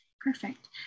Perfect